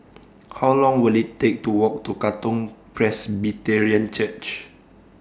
How Long Will IT Take to Walk to Katong Presbyterian Church